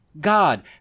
God